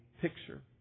picture